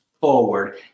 forward